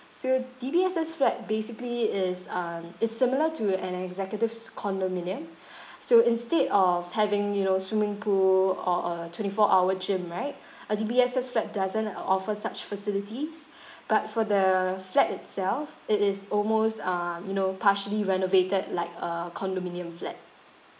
so D_B_S_S flat basically is um it's similar to an executives condominium so instead of having you know swimming pool or a twenty four hour gym right a D_B_S_S flat doesn't uh offer such facilities but for the flat itself it is almost um you know partially renovated like a condominium flat